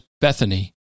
Bethany